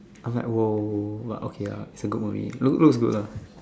I am like !whoa! but okay lah it's a good movie looks good lah